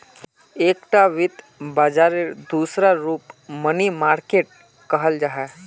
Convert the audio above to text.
एकता वित्त बाजारेर दूसरा रूप मनी मार्किट कहाल जाहा